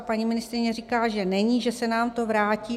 Paní ministryně říká, že není, že se nám to vrátí.